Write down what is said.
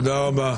תודה רבה.